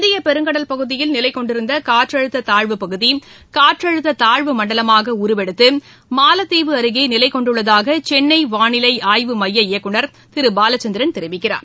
இந்திய பெருங்கடல் பகுதியில் நிலைகொண்டிருந்த காற்றழுத்த தாழ்வுப்பகுதி காற்றழுத்த தாழ்வு மண்டலமாக உருவெடுத்து மாலத்தீவு அருகே நிலைகொண்டுள்ளதாக சென்னை வானிலை ஆய்வு எமய இயக்குனர் திரு பாலச்சந்திரன் தெரிவிக்கிறார்